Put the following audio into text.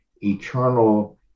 eternal